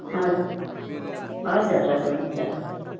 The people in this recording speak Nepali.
हजुर हजुर हजुर हुन्छ